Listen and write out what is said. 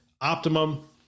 Optimum